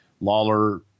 Lawler